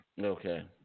Okay